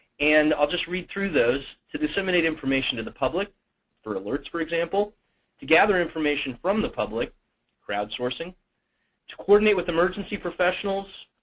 and i'll just read through those to disseminate information to the public for alerts, for example to gather information from the public crowd sourcing to coordinate with emergency professionals,